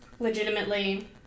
Legitimately